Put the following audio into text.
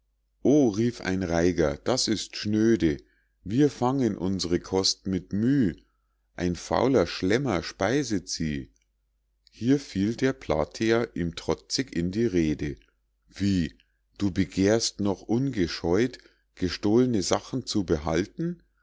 rief ein reiger das ist schnöde wir fangen uns're kost mit müh ein fauler schlemmer speiset sie hier fiel der platea ihm trotzig in die rede wie du begehrst noch ungescheut gestohlne sachen zu behalten